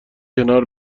کنار